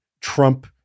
trump